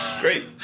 Great